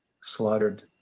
slaughtered